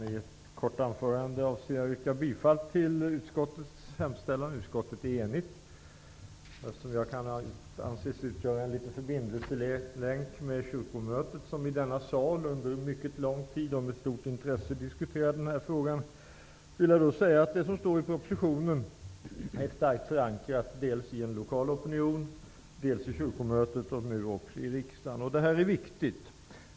Herr talman! Jag yrkar bifall till utskottets hemställan. Utskottet är enigt. Eftersom jag kan anses utgöra en förbindelselänk med Kyrkomötet -- som i denna sal under lång tid och med stort intresse diskuterade den här frågan -- vill jag säga att det som står i propositionen är starkt förankrat dels hos en lokal opinion, dels hos Kyrkomötet och nu också hos riksdagen. Detta är viktigt.